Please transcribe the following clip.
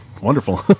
Wonderful